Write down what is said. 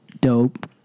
dope